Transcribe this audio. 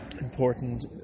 Important